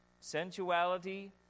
sensuality